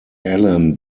alain